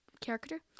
character